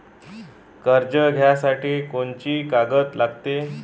कर्ज घ्यासाठी कोनची कागद लागते?